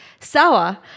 Sour